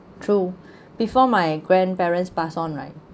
true before my grandparents passed on right